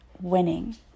winning